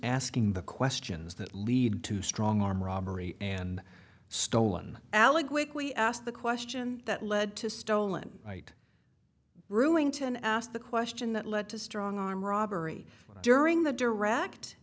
asking the questions that lead to strong arm robbery and stolen aliquid we asked the question that led to stolen right ruling to ask the question that led to strong arm robbery during the direct